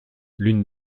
l’une